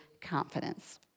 confidence